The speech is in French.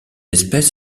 espèce